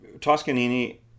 Toscanini